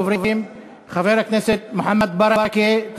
ראשון הדוברים, חבר הכנסת מוחמד ברכה.